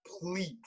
please